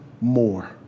more